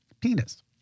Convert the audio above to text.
penis